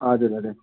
हजुर हजुर